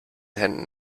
händen